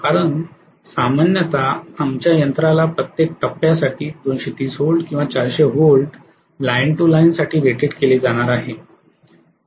कारण सामान्यतः आमच्या यंत्राला प्रत्येक टप्प्यासाठी २३० व्होल्ट किंवा ४०० व्होल्ट लाईन टू लाईन साठी रेटेड केले जाणार आहे